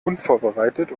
unvorbereitet